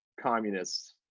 communists